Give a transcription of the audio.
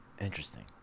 interesting